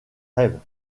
rêve